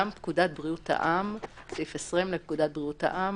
גם סעיף 20 לפקודת בריאות העם